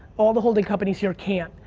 all the holding companies here can't,